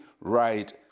right